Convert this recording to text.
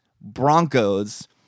Broncos